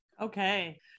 Okay